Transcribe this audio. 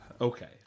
okay